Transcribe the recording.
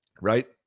Right